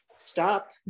stop